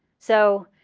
so